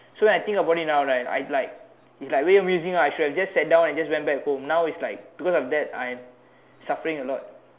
so when I think about it now right I'm like it's way of me saying I should've just sat down and just went back home now is like because of that I'm like suffering a lot